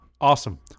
Awesome